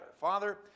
Father